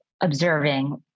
observing